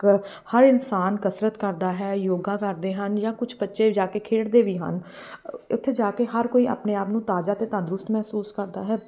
ਹਰ ਇਨਸਾਨ ਕਸਰਤ ਕਰਦਾ ਹੈ ਯੋਗਾ ਕਰਦੇ ਹਨ ਜਾਂ ਕੁਛ ਬੱਚੇ ਜਾ ਕੇ ਖੇਡਦੇ ਵੀ ਹਨ ਉੱਥੇ ਜਾ ਕੇ ਹਰ ਕੋਈ ਆਪਣੇ ਆਪ ਨੂੰ ਤਾਜ਼ਾ ਅਤੇ ਤੰਦਰੁਸਤ ਮਹਿਸੂਸ ਕਰਦਾ ਹੈ